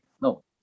no